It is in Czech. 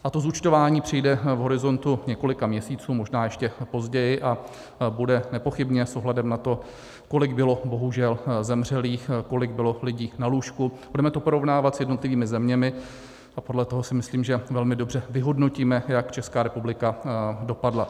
A to zúčtování přijde v horizontu několika měsíců, možná ještě později, a bude nepochybně s ohledem na to, kolik bylo bohužel zemřelých, kolik bylo lidí na lůžku, budeme to porovnávat s jednotlivými zeměmi a podle toho si myslím, že velmi dobře vyhodnotíme, jak Česká republika dopadla.